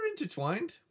intertwined